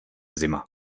zima